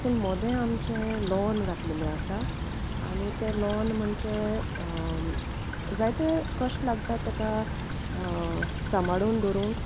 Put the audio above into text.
पूण मोदें आमचें लॉन घातलेलें आसा आनी तें लॉन म्हणजे जायते कश्ट लागता तेका सांबाळून दवरूंक